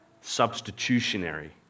substitutionary